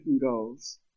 goals